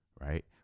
right